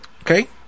Okay